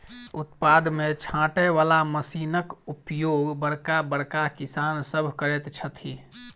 उत्पाद के छाँटय बला मशीनक उपयोग बड़का बड़का किसान सभ करैत छथि